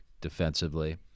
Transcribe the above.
defensively